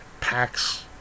packs